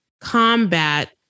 combat